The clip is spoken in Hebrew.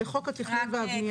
בחוק התכנון והבנייה.